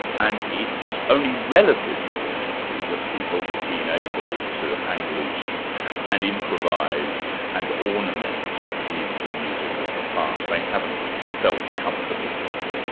and it's only relatively recently that people have been able to hang loose and improvise and ornament with the music of the past they haven't felt comfortable with it.